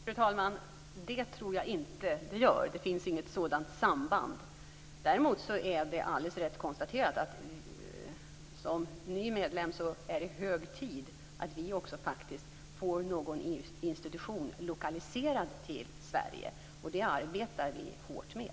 Fru talman! Det tror jag inte att det gör. Det finns inget sådant samband. Däremot är det alldeles rätt konstaterat att det är hög tid att vi som ny medlem också får en EU-institution lokaliserad till Sverige. Det arbetar vi hårt med.